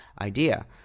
idea